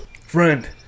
Friend